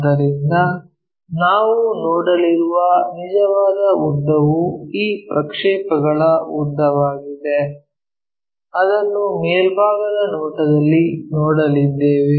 ಆದ್ದರಿಂದ ನಾವು ನೋಡಲಿರುವ ನಿಜವಾದ ಉದ್ದವು ಈ ಪ್ರಕ್ಷೇಪಗಳ ಉದ್ದವಾಗಿದೆ ಅದನ್ನು ಮೇಲ್ಭಾಗದ ನೋಟದಲ್ಲಿ ನೋಡಲಿದ್ದೇವೆ